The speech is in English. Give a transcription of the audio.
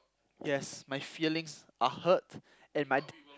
yes my feelings are hurt and my